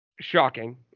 Shocking